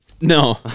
No